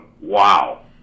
wow